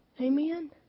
Amen